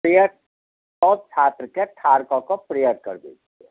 prayer सभ छात्रकेँ ठाढ़ कऽ कऽ प्रेयर करबैत छियै